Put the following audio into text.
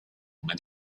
nome